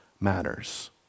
matters